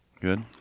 Good